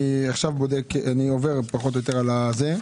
אני עובר על זה,